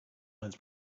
lines